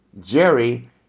Jerry